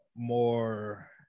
more